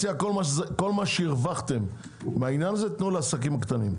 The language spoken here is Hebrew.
מציע שכל מה שהרווחתם בעניין הזה תנו לעסקים הקטנים.